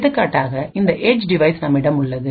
எடுத்துக்காட்டாக இந்த edge device நம்மிடம் உள்ளது